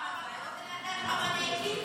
--- בכמה אני הייתי?